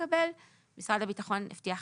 משרד הביטחון הבטיח